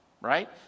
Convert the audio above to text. right